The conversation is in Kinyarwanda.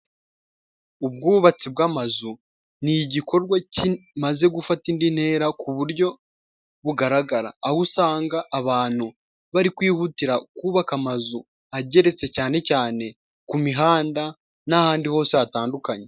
Ubwubatsi bw'amazu ni igikorwa kimaze gufata indi ntera ku buryo bugaragara aho usanga abantu bari kwihutira kubabaka amazu ageretse cyane cyane ku mihanda n'ahandi hose hatandukanye.